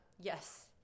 Yes